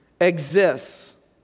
exists